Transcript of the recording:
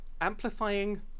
amplifying